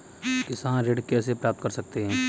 किसान ऋण कैसे प्राप्त कर सकते हैं?